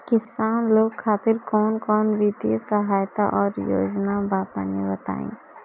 किसान लोग खातिर कवन कवन वित्तीय सहायता और योजना बा तनि बताई?